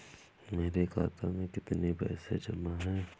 मेरे खाता में कितनी पैसे जमा हैं?